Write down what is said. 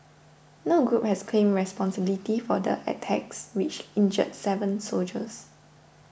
no group has claimed responsibility for the attacks which injured seven soldiers